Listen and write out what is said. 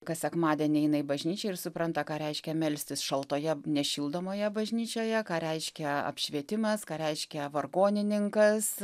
kas sekmadienį eina į bažnyčią ir supranta ką reiškia melstis šaltoje nešildomoje bažnyčioje ką reiškia apšvietimas ką reiškia vargonininkas